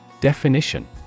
Definition